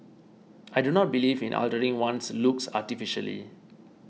I do not believe in altering one's looks artificially